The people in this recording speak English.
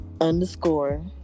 Underscore